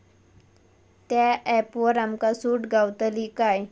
त्या ऍपवर आमका सूट गावतली काय?